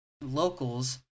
locals